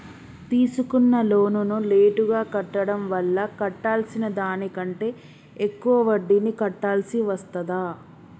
తీసుకున్న లోనును లేటుగా కట్టడం వల్ల కట్టాల్సిన దానికంటే ఎక్కువ వడ్డీని కట్టాల్సి వస్తదా?